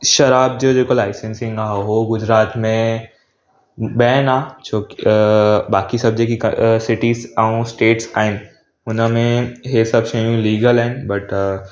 शराब जो जेको लाइसेंस ईंदो आहे उहो गुजरात में बैन आहे छो बाक़ी सभु जेकी सिटीसि ऐं स्टेट्स आहिनि हुन में इहे सभु शयूं लिग्ल आहिनि बट